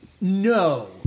no